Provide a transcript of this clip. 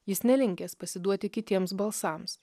jis nelinkęs pasiduoti kitiems balsams